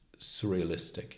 surrealistic